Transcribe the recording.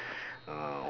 uh